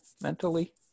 mentally